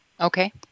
Okay